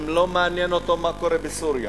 גם לא מעניין אותו מה קורה בסוריה,